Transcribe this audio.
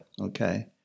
Okay